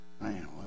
Man